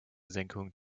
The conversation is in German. senkung